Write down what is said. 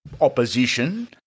opposition